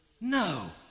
No